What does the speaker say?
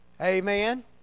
Amen